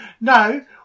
No